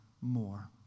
more